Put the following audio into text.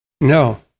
no